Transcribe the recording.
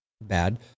bad